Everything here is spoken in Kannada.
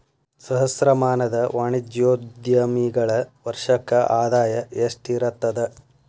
ಸಹಸ್ರಮಾನದ ವಾಣಿಜ್ಯೋದ್ಯಮಿಗಳ ವರ್ಷಕ್ಕ ಆದಾಯ ಎಷ್ಟಿರತದ